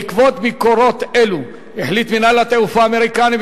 בעקבות ביקורות אלו החליט מינהל התעופה האמריקני,